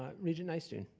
ah regent nystuen?